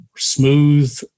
smooth